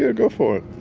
yeah go for it.